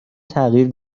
تغییر